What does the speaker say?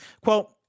Quote